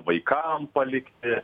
vaikam palikti